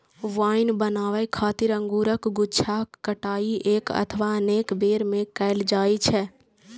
wine बनाबै खातिर अंगूरक गुच्छाक कटाइ एक अथवा अनेक बेर मे कैल जाइ छै